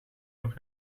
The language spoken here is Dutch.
nog